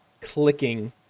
clicking